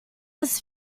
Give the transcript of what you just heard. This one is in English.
was